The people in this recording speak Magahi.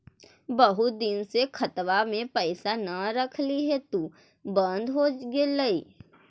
बहुत दिन से खतबा में पैसा न रखली हेतू बन्द हो गेलैय?